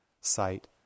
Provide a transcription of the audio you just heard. sight